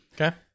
okay